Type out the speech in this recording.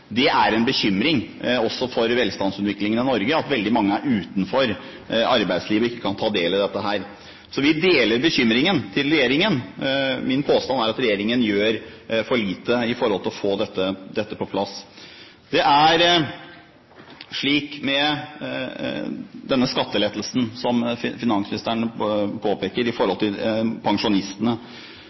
velstandsutviklingen i Norge at veldig mange er utenfor arbeidslivet og ikke kan ta del i det. Så vi deler bekymringen til regjeringen. Min påstand er at regjeringen gjør for lite for å få dette på plass. Det er slik med den skattelettelsen som finansministeren påpeker når det gjelder pensjonistene,